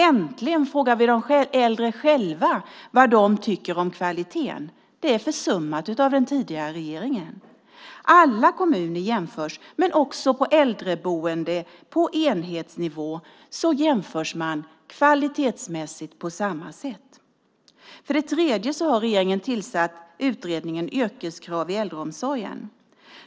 Äntligen frågar vi de äldre själva vad de tycker om kvaliteten. Det är försummat av den tidigare regeringen. Alla kommuner jämförs, men också på äldreboenden på enhetsnivå jämförs man kvalitetsmässigt på samma sätt. För det tredje har regeringen tillsatt utredningen Yrkeskrav i äldreomsorgen.